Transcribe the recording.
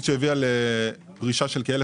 יכול להיות שהגיע הזמן שהמדינה תשים כסף.